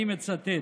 אני מצטט: